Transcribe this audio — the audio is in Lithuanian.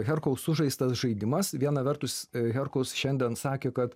herkaus sužaistas žaidimas viena vertus herkus šiandien sakė kad